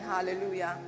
Hallelujah